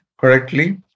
correctly